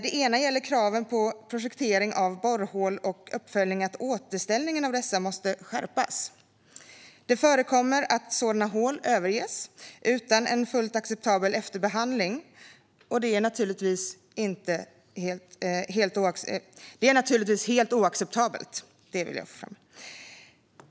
Det ena gäller kraven på projektering av borrhål och uppföljning av att återställningen av dessa måste skärpas. Det förekommer att sådana hål överges utan en fullt acceptabel efterbehandling. Det är naturligtvis helt oacceptabelt.